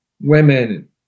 women